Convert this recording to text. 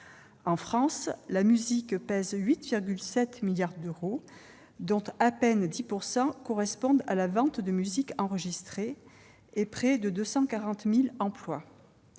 En France, la musique pèse 8,7 milliards d'euros, dont à peine 10 % pour la vente de musique enregistrée, et près de 240 000 emplois.